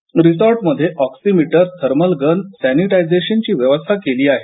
प्रत्येक रिसॉर्टमध्ये oximeter thermal gun सेनिटायझेशनची व्यवस्था केली आहे